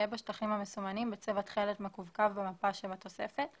יהיה בשטחים המסומנים בצבע תכלת מקווקו במפה שבתוספת,